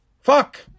Fuck